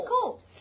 cool